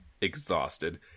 exhausted